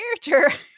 character